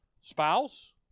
spouse